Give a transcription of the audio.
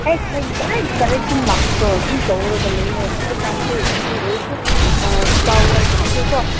ꯍꯦꯛ ꯍꯦꯛ direct direct ꯑꯗꯨꯝ ꯂꯥꯛꯄꯗꯣ ꯑꯗꯨꯝ ꯇꯧꯔꯒ ꯂꯩꯌꯦ ꯍꯧꯖꯤꯛꯀꯥꯟꯗꯤ ꯑꯗꯨ ꯑꯣꯏꯔꯁꯨ ꯐ꯭ꯂꯥꯋꯔꯒꯨꯝꯕꯗꯤꯀꯣ